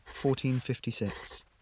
1456